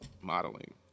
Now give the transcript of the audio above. modeling